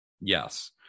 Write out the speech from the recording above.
Yes